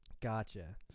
Gotcha